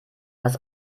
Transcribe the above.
was